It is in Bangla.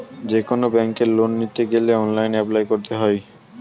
যেকোনো ব্যাঙ্কে লোন নিতে গেলে অনলাইনে অ্যাপ্লাই করতে হয়